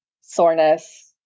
soreness